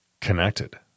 connected